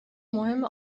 مهم